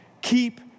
keep